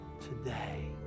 today